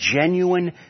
genuine